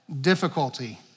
difficulty